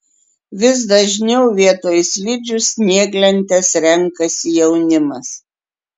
vis dažniau vietoj slidžių snieglentes renkasi jaunimas